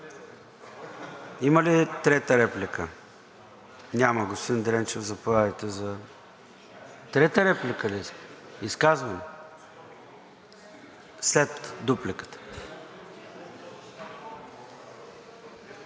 Има ли трета реплика? Няма. Господин Дренчев, заповядайте за... Трета реплика ли искате? Изказване? След дупликата.